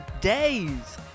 days